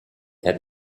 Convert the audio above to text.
had